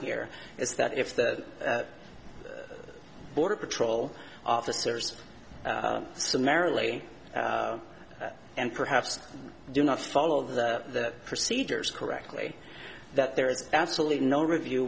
here is that if the border patrol officers summarily and perhaps do not follow that procedures correctly that there is absolutely no review